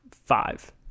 five